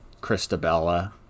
Christabella